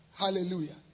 Hallelujah